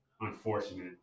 unfortunate